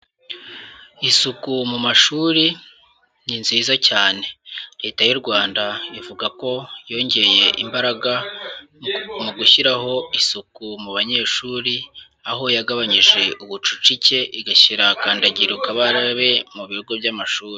Isuku mu mashuri ni nziza cyane, leta y'u Rwanda ivuga ko yongeye imbaraga mu gushyiraho isuku mu banyeshuri, aho yagabanyije ubucucike igashyira kandagirukarabe mu bigo by'amashuri.